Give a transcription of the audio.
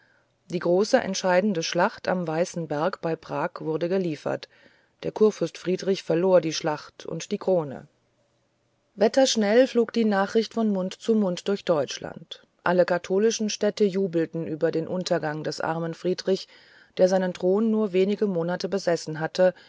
die große entscheidende schlacht am weißen berge bei prag wurde geliefert der kurfürst friedrich verlor die schlacht und die krone wetterschnell flog die nachricht von mund zu mund durch deutschland alle katholischen städte jubelten über den untergang des armen friedrich der seinen thron nur wenige monate besessen hatte